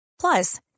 Plus